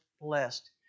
blessed